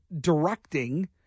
directing